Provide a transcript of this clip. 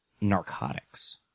narcotics